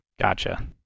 Gotcha